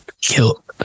Kill